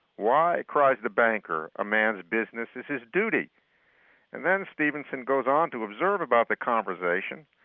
why cries the banker, a man's business is his duty and then stevenson goes on to observe about the conversation.